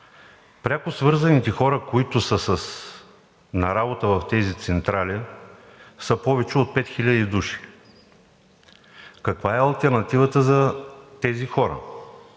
пряко свързаните хора, които са на работа в тези централи, са повече от 5 хиляди души. Каква е алтернативата за тези хора?